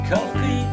Coffee